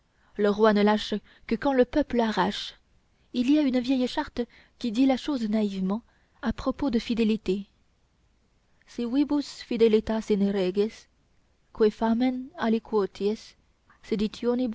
le roi ne lâche que quand le peuple arrache il y a une vieille charte qui dit la chose naïvement à propos de fidélité